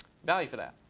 value for that.